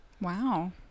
wow